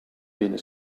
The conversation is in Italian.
viene